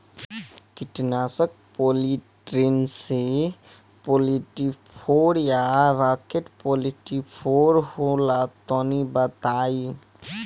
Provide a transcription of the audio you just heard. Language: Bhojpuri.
कीटनाशक पॉलीट्रिन सी फोर्टीफ़ोर या राकेट फोर्टीफोर होला तनि बताई?